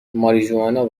ماریجوانا